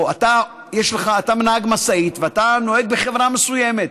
או אתה נהג משאית ואתה נוהג בחברה מסוימת,